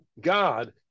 God